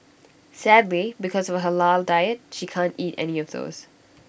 sadly because of her Halal diet she can't eat any of those